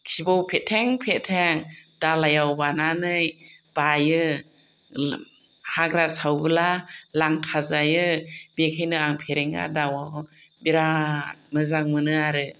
खिब' फेथें फेथें दालाइआव बानानै बायो हाग्रा सावोब्ला लांखाजायो बेनिखायनो आं फेरेंगा दाउखौ बिरात मोजां मोनो आरो